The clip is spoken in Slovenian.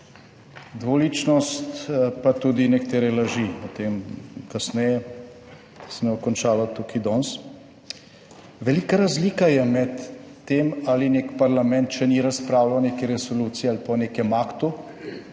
Dvoličnost pa tudi nekatere laži. O tem kasneje, to se ne bo končalo tukaj danes. Velika razlika je med tem ali nek parlament še ni razpravljal o neki resoluciji ali pa o nekem aktu